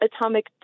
atomic